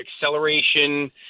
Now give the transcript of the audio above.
acceleration